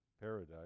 paradise